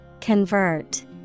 Convert